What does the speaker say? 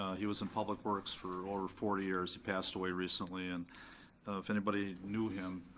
ah he was in public works for over forty years, he passed away recently and if anybody knew him,